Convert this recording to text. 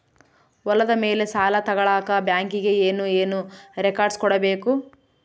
ಹೊಲದ ಮೇಲೆ ಸಾಲ ತಗಳಕ ಬ್ಯಾಂಕಿಗೆ ಏನು ಏನು ರೆಕಾರ್ಡ್ಸ್ ಕೊಡಬೇಕು?